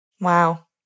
wow